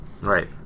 Right